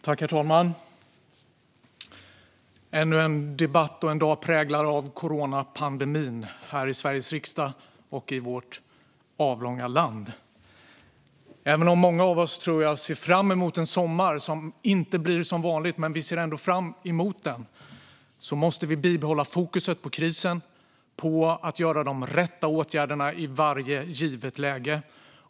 Herr talman! Ännu en debatt och en dag präglad av coronapandemin här i Sveriges riksdag och i vårt avlånga land. Jag tror att många av oss ser fram emot sommaren. Den blir inte som vanligt, men vi ser ändå fram emot den. Trots det måste vi bibehålla fokus på krisen och på att vidta de rätta åtgärderna i varje givet läge.